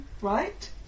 right